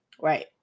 right